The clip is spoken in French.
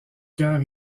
cœur